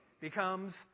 becomes